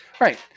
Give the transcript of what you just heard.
Right